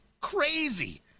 Crazy